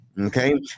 Okay